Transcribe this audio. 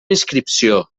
inscripció